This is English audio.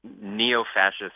neo-fascist